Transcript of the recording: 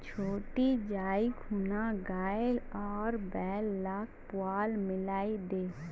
छोटी जाइ खूना गाय आर बैल लाक पुआल मिलइ दे